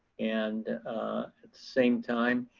and at the same time,